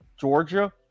Georgia